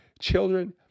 children